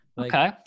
Okay